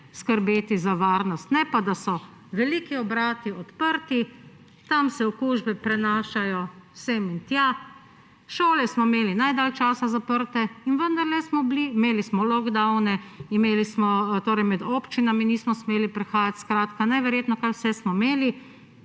skrbeti za varnost, ne pa, da so veliki obrati odprti, tam se okužbe prenašajo sem in tja. Šole smo imeli najdalj časa zaprte in vendarle smo bili … Imeli smo lockdowne, med občinami nismo smeli prehajati. Skratka, neverjetno, kaj vse smo imeli,